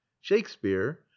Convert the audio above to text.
shakespeare